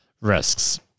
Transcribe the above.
risks